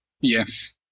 Yes